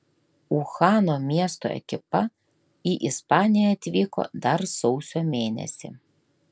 uhano miesto ekipa į ispaniją atvyko dar sausio mėnesį